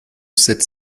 sept